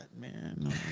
man